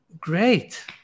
great